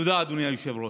תודה, אדוני היושב-ראש.